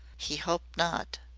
he hoped not.